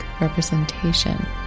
representation